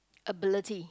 ability